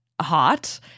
hot